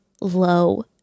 low